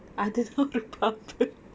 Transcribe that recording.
அதுதான் ஒரு பாம்பு:athuthaan oru pambu